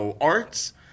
arts